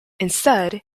instead